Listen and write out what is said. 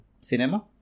cinema